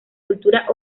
cultura